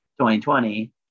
2020